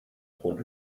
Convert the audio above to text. und